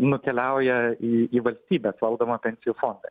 nukeliauja į į valstybės valdomą pensijų fondą